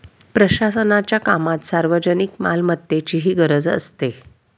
प्रशासनाच्या कामात सार्वजनिक मालमत्तेचीही गरज असते